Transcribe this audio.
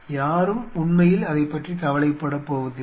யாரும் உண்மையில் அதைப்பற்றி கவலைப்படப் போவதில்லை